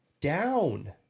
down